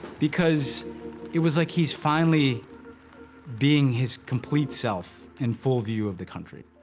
because it was, like, he's finally being his complete self in full view of the country.